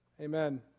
Amen